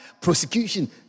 prosecution